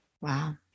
Wow